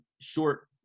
short